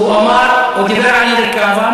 ככה.